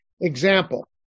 example